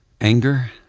anger